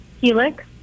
Helix